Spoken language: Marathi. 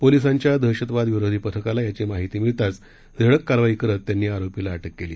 पोलिसांच्या दहशतवाद विरोधी पथकाला याची माहिती मिळताच धडक कारवाई करत त्यांनी या आरोपीला अटक केली